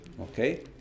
Okay